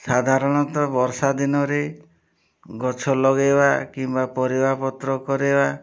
ସାଧାରଣତଃ ବର୍ଷା ଦିନରେ ଗଛ ଲଗେଇବା କିମ୍ବା ପରିବାପତ୍ର କରାଇବା